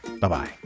Bye-bye